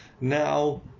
Now